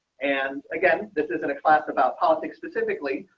and again, this isn't a class about politics, specifically,